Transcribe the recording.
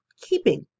keeping